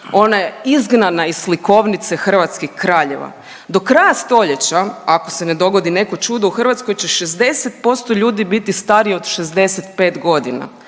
Ona je izgnana iz slikovnice hrvatskih kraljeva. Do kraja stoljeća ako se ne dogodi neko čudo u Hrvatskoj će 60% ljudi biti starije od 65 godina.